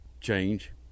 change